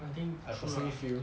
I think true lah